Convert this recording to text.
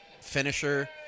finisher